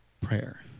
Prayer